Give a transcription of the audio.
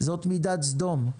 זאת מיטת סדום.